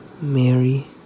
Mary